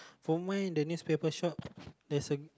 from where in the newspaper shop there's a